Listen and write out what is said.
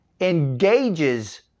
engages